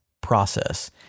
process